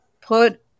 put